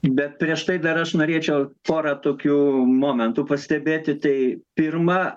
bet prieš tai dar aš norėčiau pora tokių momentų pastebėti tai pirma